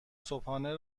صبحانه